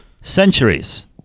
Centuries